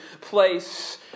place